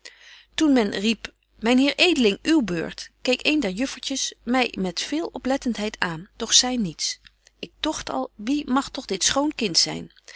burgerhart riep myn heer edeling uw beurt keek een der juffertjes my met veel oplettentheid aan doch zei niets ik dogt al wie mag toch dit schoon kind zyn